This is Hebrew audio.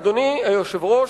אדוני היושב-ראש,